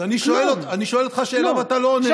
אז אני שואל אותך שאלה ואתה לא עונה לי.